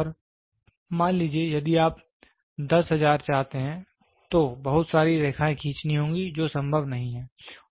और मान लीजिए यदि आप 10000 चाहते हैं तो बहुत सारी रेखाएँ खींचनी होंगी जो संभव नहीं है